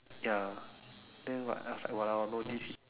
ya then what else I !walao! no dish